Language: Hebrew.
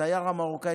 לתייר המרוקאי,